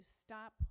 stop